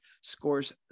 scores